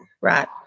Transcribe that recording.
Right